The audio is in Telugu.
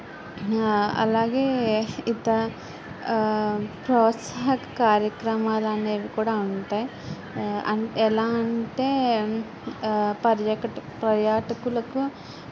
అలాగే ఇత ప్రోత్సాహ కార్యక్రమాలనేవి కూడా ఉంటాయి అం ఎలా అంటే పర్యాకట పర్యాటకులకు